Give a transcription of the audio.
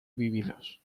vividos